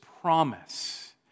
promise